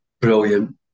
Brilliant